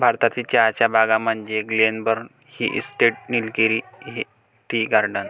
भारतातील चहाच्या बागा म्हणजे Glenburn tea estate, Nilgiri tea garden